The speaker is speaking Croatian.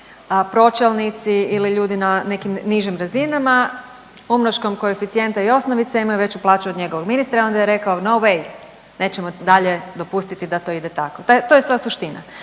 pročelnici ili ljudi na nekim nižim razinama umnoškom koeficijenta i osnovice imaju veću plaću od njegovog ministra i onda je rekao no way, nećemo dalje dopustiti da to ide tako, to je, to je sva suština.